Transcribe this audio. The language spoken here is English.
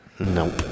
Nope